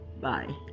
Bye